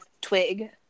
twig